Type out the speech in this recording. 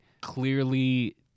clearly